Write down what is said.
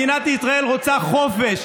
מדינת ישראל רוצה חופש.